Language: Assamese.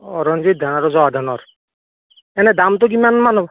ৰঞ্জিত ধান আৰু জহা ধানৰ এনে দামটো কিমানমান হ'ব